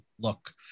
look